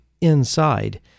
inside